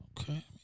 Okay